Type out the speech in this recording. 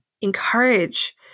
encourage